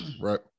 right